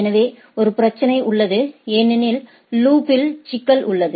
எனவே ஒரு பிரச்சனை உள்ளது ஏனெனில் லூப் இல் சிக்கல் உள்ளது